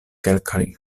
kelkaj